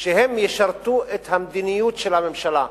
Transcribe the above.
שהם ישרתו את המדיניות של הממשלה.